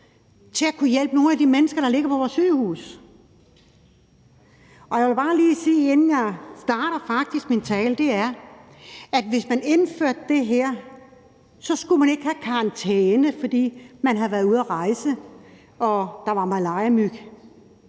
til at hjælpe nogle af de mennesker, der ligger på vores sygehuse. Og jeg vil bare lige sige, inden jeg faktisk starter min tale, at hvis man indførte det her, så skulle man ikke have karantæne, fordi man har været ude at rejse og der var malariamyg.